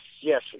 yes